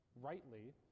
rightly